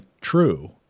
true